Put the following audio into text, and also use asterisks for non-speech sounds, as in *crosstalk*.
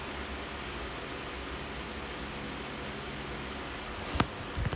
*noise*